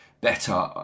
better